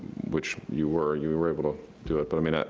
which you were, you were able to do it, but i mean, ah